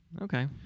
okay